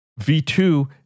V2